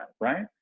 right